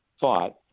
thought